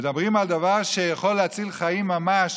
מדברים על דבר שיכול להציל חיים ממש